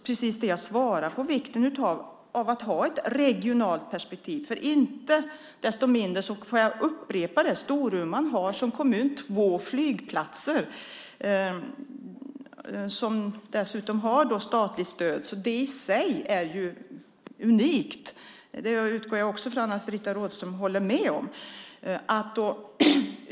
Precis som jag svarade är det viktigt att ha ett regionalt perspektiv. Inte desto mindre får jag upprepa att Storuman som kommun har två flygplatser som dessutom har statligt stöd. Det i sig är unikt. Det utgår jag också från att Britta Rådström håller med om.